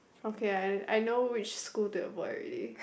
okay I I know which school to avoid already